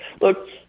Look